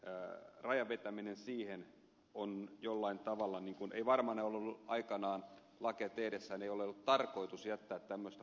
ja levittäminen siihen on jollain varmaan ei ole ollut aikanaan lakia tehtäessä tarkoitus jättää tämmöistä porsaanreikää kuvatallenteen todellisuuspohjaan raja vetämällä